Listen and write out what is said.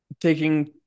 taking